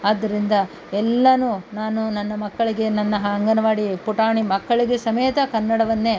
ಆದ್ದರಿಂದ ಎಲ್ಲನೂ ನಾನು ನನ್ನ ಮಕ್ಕಳಿಗೆ ನನ್ನ ಅಂಗನವಾಡಿ ಪುಟಾಣಿ ಮಕ್ಕಳಿಗೂ ಸಮೇತ ಕನ್ನಡವನ್ನೇ